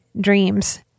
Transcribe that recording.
dreams